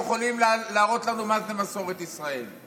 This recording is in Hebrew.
הם יכולים להראות לנו מה זה מסורת ישראל.